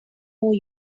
more